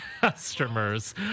customers